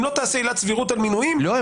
אם לא תעשה עילת סבירות על מינויים --- לא.